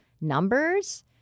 numbers